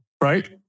right